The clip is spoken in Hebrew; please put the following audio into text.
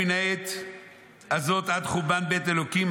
מן העת הזאת עד חורבן בית האלוקים,